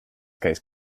case